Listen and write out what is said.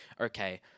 okay